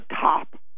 top